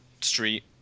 street